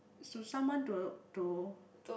so someone to to